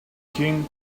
king